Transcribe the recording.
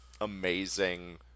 amazing